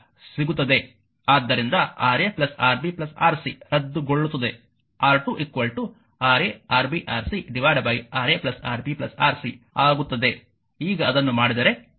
ಆದ್ದರಿಂದ Ra Rb Rc ರದ್ದುಗೊಳ್ಳುತ್ತದೆ R2 Ra Rb Rc Ra Rb Rcಆಗುತ್ತದೆ ಈಗ ಅದನ್ನು ಮಾಡಿದರೆ